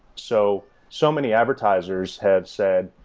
so so many advertisers had said,